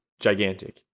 gigantic